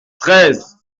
treize